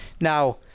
now